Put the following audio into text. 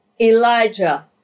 Elijah